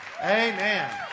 Amen